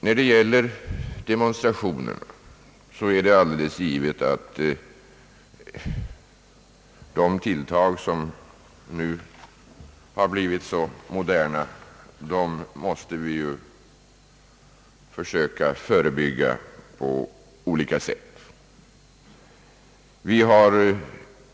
Vad gäller demonstrationerna är det alldeles givet att de tilltag som nu har blivit så moderna måste vi försöka förebygga på olika sätt.